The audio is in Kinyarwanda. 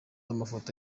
amafoto